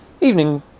evening